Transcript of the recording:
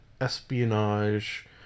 espionage